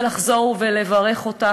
ולחזור ולברך אותך,